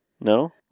No